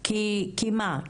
כי כי מה?